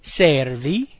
servi